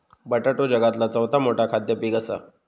बटाटो जगातला चौथा मोठा खाद्य पीक असा